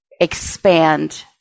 expand